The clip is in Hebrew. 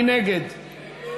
מי נגד?